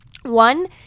one